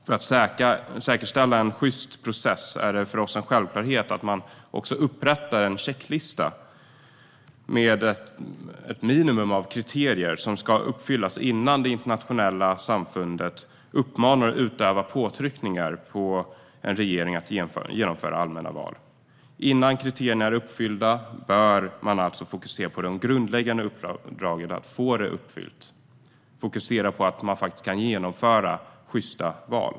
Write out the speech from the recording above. För att säkerställa en sjyst process är det för oss en självklarhet att man också upprättar en checklista med ett minimum av kriterier som ska uppfyllas innan det internationella samfundet uppmanas att utöva påtryckningar på en regering att genomföra allmänna val. Innan kriterierna är uppfyllda bör man alltså fokusera på det grundläggande uppdraget att få dem uppfyllda och fokusera på att man faktiskt kan genomföra sjysta val.